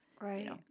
right